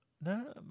No